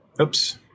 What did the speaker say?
oops